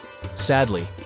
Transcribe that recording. Sadly